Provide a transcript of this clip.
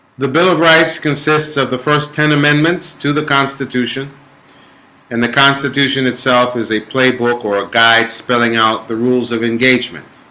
the bill of rights consists of the first ten amendments to the constitution and the constitution itself is a playbook or a guide spelling out the rules of engagement